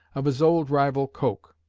of his old rival coke.